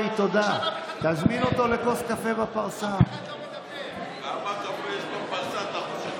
אף אחד לא נתן לך, תודה רבה לחבר הכנסת עבאס.